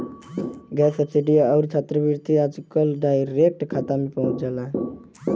gas subsidy आउर छात्रवृत्ति आजकल डायरेक्ट खाता में पहुंच जाला